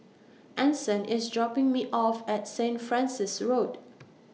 Anson IS dropping Me off At Saint Francis Road